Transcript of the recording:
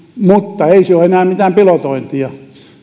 mutta ei se ole enää mitään pilotointia